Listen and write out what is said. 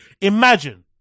Imagine